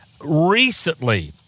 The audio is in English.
Recently